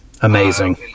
Amazing